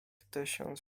tysiąc